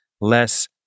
less